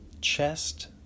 chest